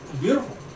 beautiful